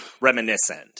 reminiscent